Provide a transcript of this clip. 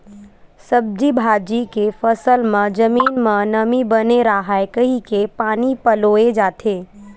सब्जी भाजी के फसल म जमीन म नमी बने राहय कहिके पानी पलोए जाथे